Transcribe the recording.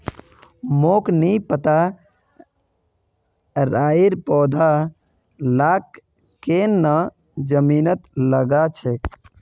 मोक नी पता राइर पौधा लाक केन न जमीनत लगा छेक